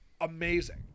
amazing